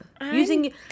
Using